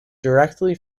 directly